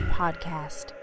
podcast